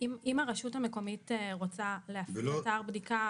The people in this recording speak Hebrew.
אם הרשות המקומית רוצה להפעיל אתר בדיקה